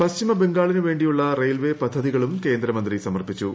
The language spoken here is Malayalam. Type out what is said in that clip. പശ്ചിമബംഗാളിനു വേണ്ടിയുള്ള റെയിൽവേ പദ്ധതികളും കേന്ദ്രമന്ത്രി സമർപ്പിച്ചു